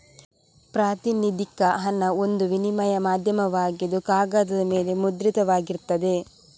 ಪ್ರಾತಿನಿಧಿಕ ಹಣ ಒಂದು ವಿನಿಮಯ ಮಾಧ್ಯಮವಾಗಿದ್ದು ಕಾಗದದ ಮೇಲೆ ಮುದ್ರಿತವಾಗಿರ್ತದೆ